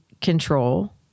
control